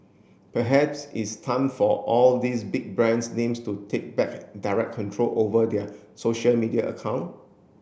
perhaps it's time for all these big brands names to take back direct control over their social media account